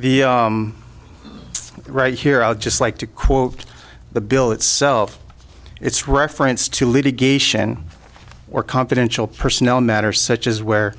the right here i would just like to quote the bill itself its reference to litigation or confidential personnel matter such as where